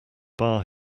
bar